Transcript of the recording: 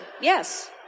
yes